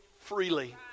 freely